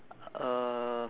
uh